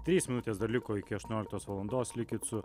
trys minutės dar liko iki aštuonioliktos valandos likit su